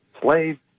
Slave